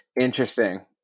Interesting